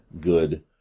good